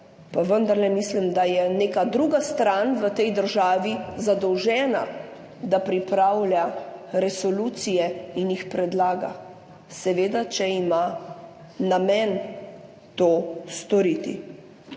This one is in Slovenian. pa vendarle mislim, da je neka druga stran v tej državi zadolžena, da pripravlja resolucije in jih predlaga, seveda, če ima namen to storiti.